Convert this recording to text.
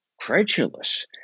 credulous